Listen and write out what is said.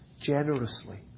generously